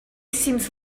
seems